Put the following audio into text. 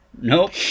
Nope